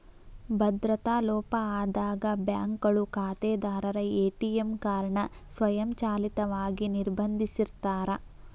ಭದ್ರತಾ ಲೋಪ ಆದಾಗ ಬ್ಯಾಂಕ್ಗಳು ಖಾತೆದಾರರ ಎ.ಟಿ.ಎಂ ಕಾರ್ಡ್ ನ ಸ್ವಯಂಚಾಲಿತವಾಗಿ ನಿರ್ಬಂಧಿಸಿರ್ತಾರ